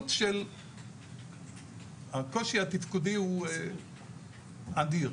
הקושי התפקודי הוא אדיר,